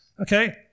Okay